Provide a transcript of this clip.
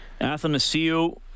Athanasio